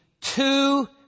two